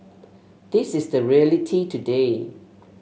this is the reality today